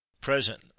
Present